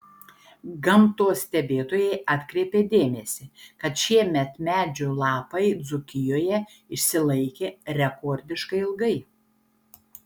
gamtos stebėtojai atkreipė dėmesį kad šiemet medžių lapai dzūkijoje išsilaikė rekordiškai ilgai